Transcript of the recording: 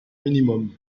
minimum